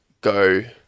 go